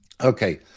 Okay